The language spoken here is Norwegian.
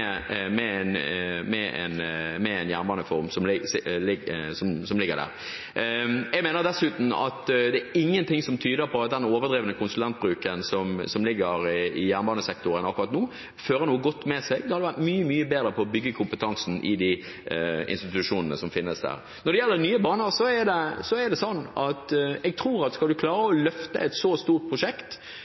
en jernbanereform som ligger der. Jeg mener dessuten at det er ingenting som tyder på at den overdrevne konsulentbruken som ligger i jernbanesektoren akkurat nå, fører noe godt med seg. Det hadde vært mye, mye bedre å bygge kompetansen i de institusjonene som finnes der. Når det gjelder Nye Baner, tror jeg at skal man klare å løfte et så stort prosjekt